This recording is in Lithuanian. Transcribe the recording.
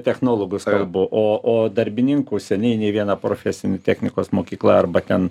technologus kalbu o o darbininkų seniai nė viena profesinė technikos mokykla arba ten